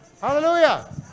Hallelujah